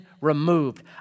removed